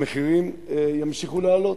המחירים ימשיכו לעלות.